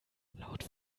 laut